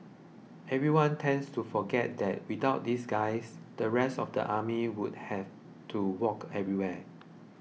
everyone tends to forget that without these guys the rest of the army would have to walk everywhere